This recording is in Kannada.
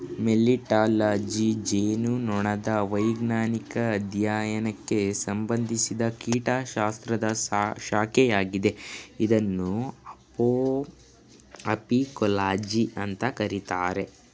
ಮೆಲಿಟ್ಟಾಲಜಿ ಜೇನುನೊಣದ ವೈಜ್ಞಾನಿಕ ಅಧ್ಯಯನಕ್ಕೆ ಸಂಬಂಧಿಸಿದ ಕೀಟಶಾಸ್ತ್ರದ ಶಾಖೆಯಾಗಿದೆ ಇದನ್ನು ಅಪಿಕೋಲಜಿ ಅಂತ ಕರೀತಾರೆ